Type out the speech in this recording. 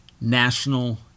national